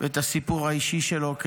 ואת הסיפור האישי שלו,